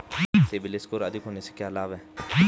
CIBIL score अधिक होने से क्या लाभ हैं?